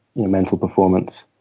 you know mental performance.